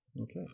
Okay